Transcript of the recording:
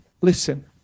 listen